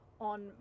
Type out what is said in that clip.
on